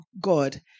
God